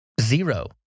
zero